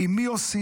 עם מי עושים,